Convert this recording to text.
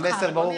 המסר ברור.